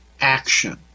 action